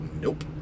nope